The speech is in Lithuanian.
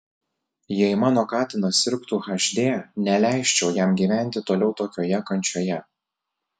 jei mano katinas sirgtų hd neleisčiau jam gyventi toliau tokioje kančioje